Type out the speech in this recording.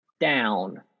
down